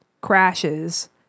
crashes